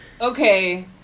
okay